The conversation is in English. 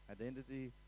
identity